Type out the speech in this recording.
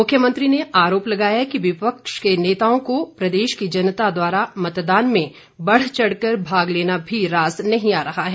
मुख्यमंत्री ने आरोप लगाया कि विपक्ष के नेताओं को प्रदेश की जनता द्वारा मतदान में बढ़चढ़ कर भाग लेना भी रास नहीं आ रहा है